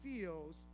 feels